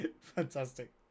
fantastic